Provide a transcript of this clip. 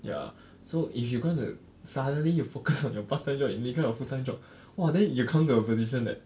ya so if you gonna to suddenly you focus on your part time job and neglect your full time job !wah! then you come to a decision that